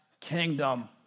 kingdom